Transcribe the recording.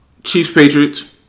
Chiefs-Patriots